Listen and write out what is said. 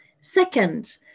Second